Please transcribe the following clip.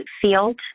field